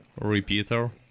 repeater